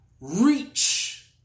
reach